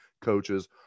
coaches